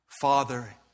Father